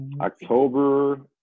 October